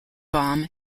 balm